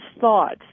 thoughts